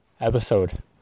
episode